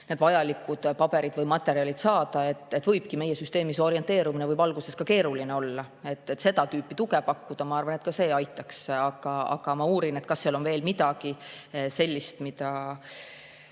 need vajalikud paberid või materjalid saada. Võibki meie süsteemis orienteerumine alguses keeruline olla. Seda tüüpi tuge tuleb pakkuda, ma arvan, et ka see aitaks. Aga ma uurin, kas seal on midagi sellist, mida